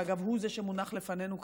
ואגב, הוא זה שמונח לפנינו כרגע,